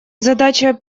задача